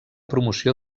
promoció